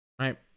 right